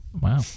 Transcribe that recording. wow